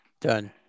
Done